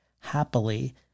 Happily